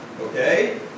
okay